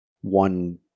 one